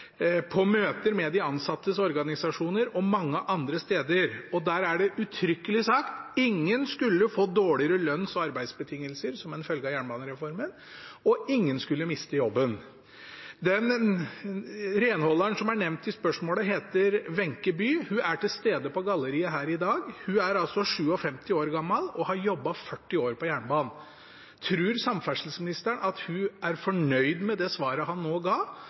på møter med de ansattes organisasjoner og mange andre steder. Der var det uttrykkelig sagt at ingen skulle få dårligere lønns- og arbeidsbetingelser som følge av jernbanereformen, og ingen skulle miste jobben. Renholderen som er nevnt i spørsmålet, heter Wenche Bye. Hun er til stede på galleriet her i dag, hun er 57 år gammel og har jobbet 40 år i jernbanen. Tror samferdselsministeren at hun er fornøyd med det svaret han nå ga,